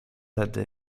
tedy